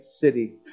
city